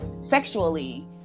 sexually